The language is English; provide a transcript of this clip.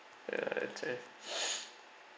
ya leceh